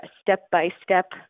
step-by-step